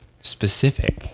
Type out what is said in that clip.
specific